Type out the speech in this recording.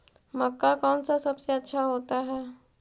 मक्का कौन सा सबसे अच्छा होता है?